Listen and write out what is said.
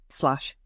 slash